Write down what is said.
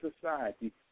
society